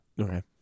okay